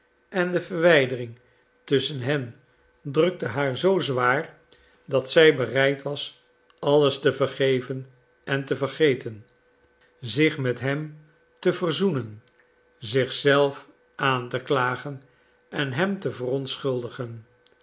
en de verwijdering tusschen hen drukte haar zoo zwaar dat zij bereid was alles te vergeven en te vergeten zich met hem te verzoenen zich zelf aan te klagen en hem te verontschuldigen